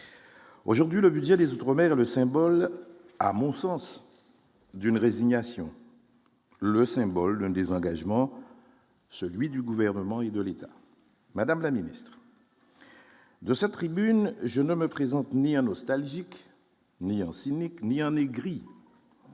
aujourd'hui le budget des Outre-Mer le symbole à mon sens d'une résignation. Le symbole d'un désengagement, celui du gouvernement et de l'État, madame la ministre. De sa tribune, je ne me présente ni un nostalgique ayant cynique ni un aigri.